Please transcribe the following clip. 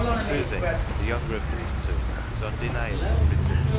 susy, the younger of these two, was un deniably pretty,